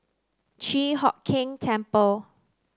Chi Hock Keng Temple